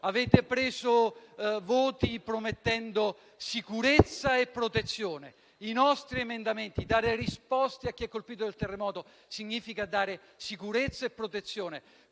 Avete preso voti promettendo sicurezza e protezione. Dare risposte a chi è colpito dal terremoto significa dare sicurezza e protezione,